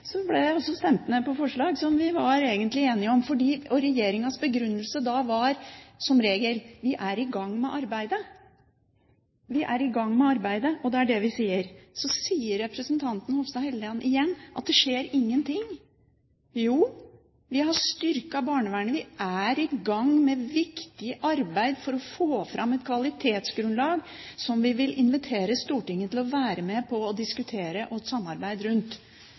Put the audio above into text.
ble også forslag som man egentlig var enig om, stemt ned. Regjeringens begrunnelse var som regel: Vi er i gang med arbeidet. Og det er det vi sier. Så sier representanten Hofstad Helleland igjen at det skjer ingenting. Jo, vi har styrket barnevernet. Vi er i gang med viktig arbeid for å få fram et kvalitetsgrunnlag som vi vil invitere Stortinget til å være med og diskutere et samarbeid